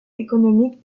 économique